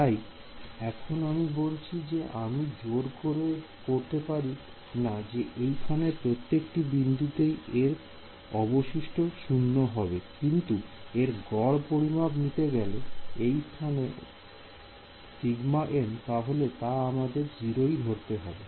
তাই এখন আমি বলছি যে আমি জোর করতে পারি না যে এইখানের প্রত্যেকটি বিন্দুতেই এর অবশিষ্ট শূন্য হবে কিন্তু এর গড় পরিমাপ নিতে গেলে এই স্থান Ωm তাহলে তা আমাদের 0 ধরতে হবে